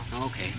Okay